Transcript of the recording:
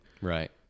right